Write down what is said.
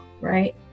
Right